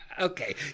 Okay